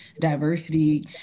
diversity